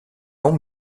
long